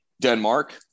Denmark